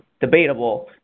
debatable